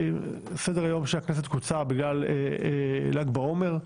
סדר-היום של הכנסת קוצר בגלל ל"ג בעומר,